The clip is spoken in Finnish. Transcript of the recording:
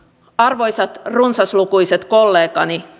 arvoisat runsaslukuiset kollegani